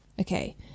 Okay